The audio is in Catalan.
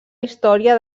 història